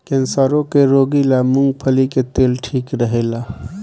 कैंसरो के रोगी ला मूंगफली के तेल ठीक रहेला